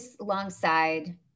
alongside